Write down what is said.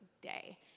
day